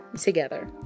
together